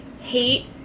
hate